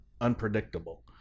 unpredictable